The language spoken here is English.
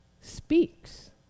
speaks